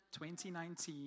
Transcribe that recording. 2019